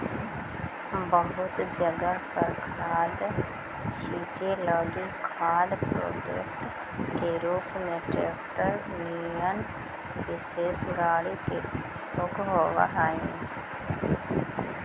बहुत जगह पर खाद छीटे लगी खाद स्प्रेडर के रूप में ट्रेक्टर निअन विशेष गाड़ी के उपयोग होव हई